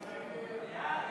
ההצעה